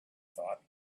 thought